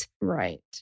Right